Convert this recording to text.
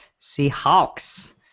Seahawks